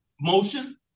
motion